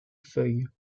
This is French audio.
feuilles